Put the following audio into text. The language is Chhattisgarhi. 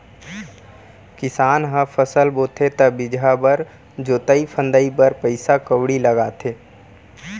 किसान ह फसल बोथे त बीजहा बर, जोतई फंदई बर पइसा कउड़ी लगाथे